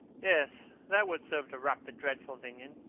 yes, that would serve to wrap the dreadful thing in.